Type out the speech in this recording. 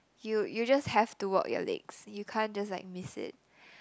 you you just have to work your legs you can't just like miss it